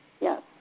Yes